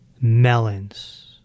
melons